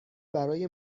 برای